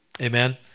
Amen